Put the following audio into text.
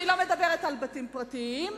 אני לא מדברת על בתים פרטיים,